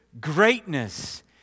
greatness